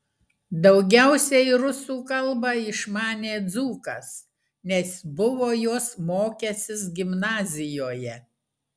daugiausiai rusų kalbą išmanė dzūkas nes buvo jos mokęsis gimnazijoje